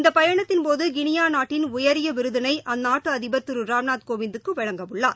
இந்த பயணத்தின்போது கிளியா நாட்டின் உயரிய விருதினை அந்நாட்டு அதிபர் திரு ராம்நாத் கோவிந்துக்கு வழங்க உள்ளார்